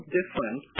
different